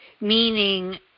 meaning